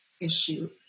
issue